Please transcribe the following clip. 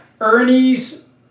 Ernie's